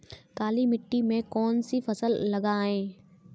काली मिट्टी में कौन सी फसल लगाएँ?